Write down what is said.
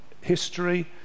history